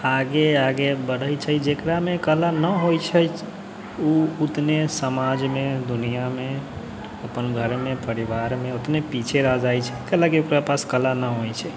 आगे आगे बढ़ै छै जकरामे कला नहि होइ छै उ उतने समाजमे दुनिआँमे अपन घरमे परिवारमे ओतने पीछे रहि जाइ छै कैलयकि ओकरा पास कला नहि होइ छै